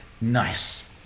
Nice